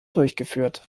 durchgeführt